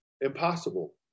impossible